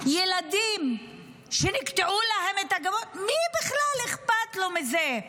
ילדים שנקטעו להם גפיים, למי בכלל אכפת מזה?